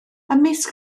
ymysg